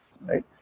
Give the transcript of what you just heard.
right